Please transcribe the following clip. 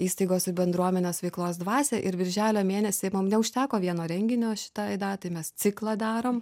įstaigos ir bendruomenės veiklos dvasią ir birželio mėnesį mum neužteko vieno renginio šitai datai mes ciklą darom